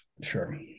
Sure